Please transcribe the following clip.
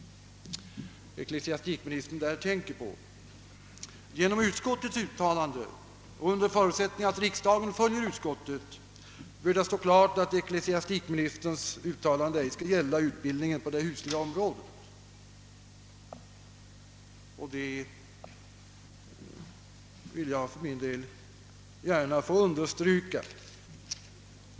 Genom utskottets uttalande och under förutsättning att riksdagen följer utskottet, bör det stå klart att ecklesiastikministerns uttalande ej skall gälla utbildningen på det husliga området. Jag är angelägen om att understryka detta.